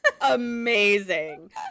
Amazing